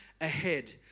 ahead